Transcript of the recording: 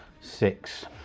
Six